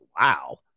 Wow